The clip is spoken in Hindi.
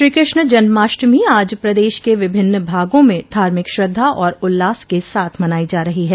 श्रीकृष्ण जन्माष्टमी आज प्रदेश के विभिन्न भागों में धार्मिक श्रद्धा और उल्लास के साथ मनायी जा रही है